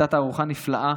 הייתה תערוכה נפלאה